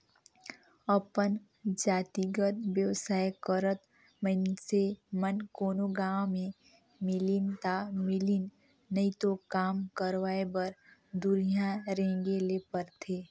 अपन जातिगत बेवसाय करत मइनसे मन कोनो गाँव में मिलिन ता मिलिन नई तो काम करवाय बर दुरिहां रेंगें ले परथे